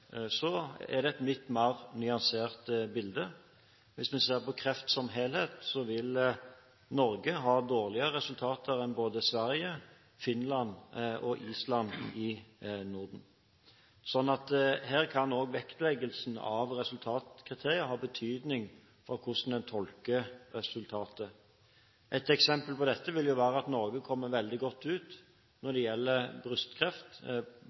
er det et litt mer nyansert bilde. Hvis vi ser på kreft som helhet, vil Norge ha dårligere resultater enn både Sverige, Finland og Island i Norden. Her kan altså vektleggingen av resultatkriterier ha betydning for hvordan en tolker resultatet. Et eksempel på dette vil jo være at Norge kommer veldig godt ut når